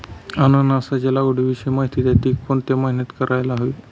अननसाच्या लागवडीविषयी माहिती द्या, ति कोणत्या महिन्यात करायला हवी?